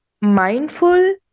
mindful